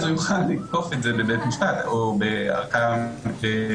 אז הוא יוכל לתקוף את זה בבית משפט או בערכאה מינהלית.